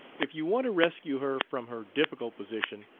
if you want to rescue her from her difficult position,